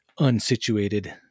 unsituated